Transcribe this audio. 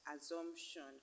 assumption